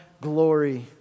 glory